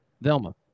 Velma